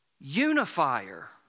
unifier